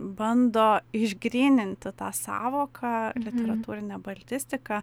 bando išgryninti tą sąvoką literatūrinė baltistika